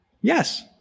Yes